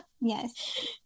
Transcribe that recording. Yes